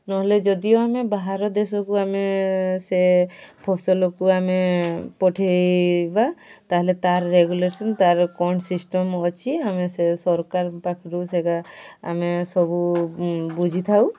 ନହେଲେ ଯଦିଓ ଆମେ ବାହାର ଦେଶକୁ ଆମେ ସେ ଫସଲକୁ ଆମେ ପଠାଇବା ତା'ହେଲେ ତା'ର ରେଗୁଲେସନ୍ ତା'ର କ'ଣ ସିଷ୍ଟମ୍ ଅଛି ଆମେ ସେ ସରକାର ପାଖରୁ ସେଇଟା ଆମେ ସବୁ ବୁଝିଥାଉ